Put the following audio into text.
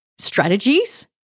Strategies